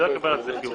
לא יקבל על זה חיוב,